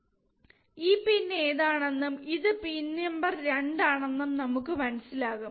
ഏത് പിൻ ഏതാണെന്നും ഇതാണ് പിൻ നമ്പർ 2 എന്നും നമുക്ക് മനസിലാകും